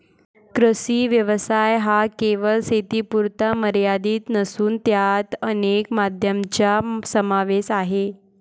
कृषी व्यवसाय हा केवळ शेतीपुरता मर्यादित नसून त्यात अनेक माध्यमांचा समावेश आहे